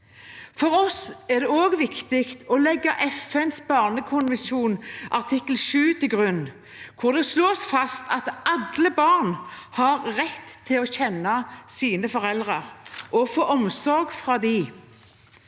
For oss er det også viktig å legge FNs barnekonvensjon artikkel 7 til grunn, hvor det slås fast at alle barn har rett til å kjenne sine foreldre og få omsorg fra dem.